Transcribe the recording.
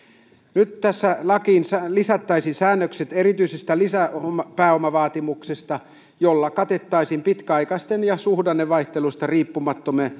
nyt lakiin lisättäisiin säännökset erityisestä lisäpääomavaatimuksesta jolla katettaisiin pitkäaikaisten ja suhdannevaihteluista riippumattomien